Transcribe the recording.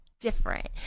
different